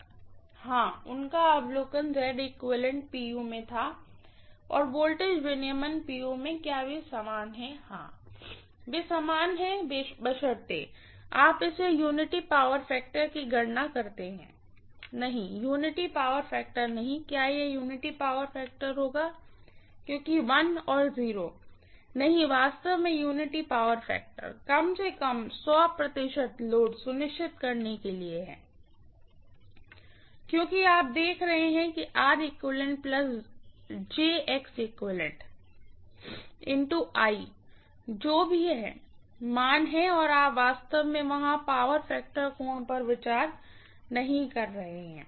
हां उनका अवलोकन pu में था और वोल्टेज रेगुलेशन pu में क्या वे समान हैं हाँ वे समान हैं बशर्ते आप इसे यूनिटी पावर फैक्टर की गणना करते हैं नहीं यूनिटी पावर फैक्टर नहीं क्या यह यूनिटी पावर फैक्टर होगा क्योंकि 1 और 0 नहीं वास्तव में यूनिटी पावर फैक्टर कम से कम प्रतिशत लोड सुनिश्चित करने के लिए है क्योंकि आप देख रहे हैं जो भी I मान है और आप वास्तव में वहां पावर फैक्टर कोण पर विचार नहीं कर रहे हैं